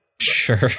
sure